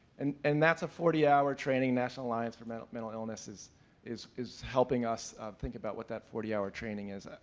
and and that's a forty hour training, national alliance for mental mental illness is is helping us think about what that forty hour training is.